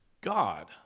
God